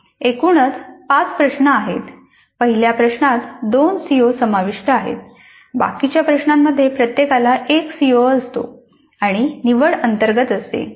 एकूणच पाच प्रश्न आहेत पहिल्या प्रश्नात दोन सीओ समाविष्ट आहेत बाकीच्या प्रश्नांमध्ये प्रत्येकाला एक सीओ असतो आणि निवड अंतर्गत असते